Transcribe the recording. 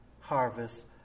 harvest